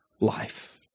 life